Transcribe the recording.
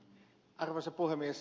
arvoisa puhemies